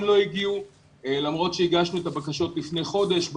לא הגיעו למרות שהגשנו את הבקשות לפני חודש.